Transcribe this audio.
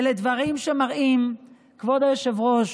אלה דברים שמראים, כבוד היושב-ראש,